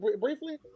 Briefly